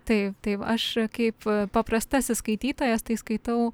taip taip aš kaip paprastasis skaitytojas tai skaitau